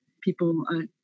People